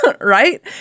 right